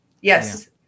yes